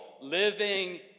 living